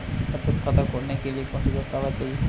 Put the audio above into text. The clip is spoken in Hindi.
बचत खाता खोलने के लिए कौनसे दस्तावेज़ चाहिए?